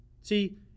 See